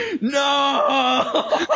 No